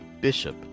Bishop